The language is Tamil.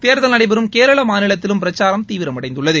தேர்தல் நடைபெறும் கேரளா மாநிலத்திலும் பிரச்சாரம் தீவிரமடைந்துள்ளது